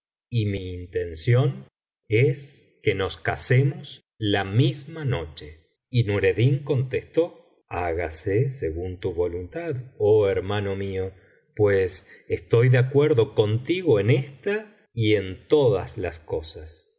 y mi intención es que nos casemos la misma noche y nureddin contestó hágase según tu voluntad oh hermano mío pues estoy de acuerdo contigo en esta y en todas las cosas